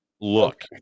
Look